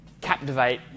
captivate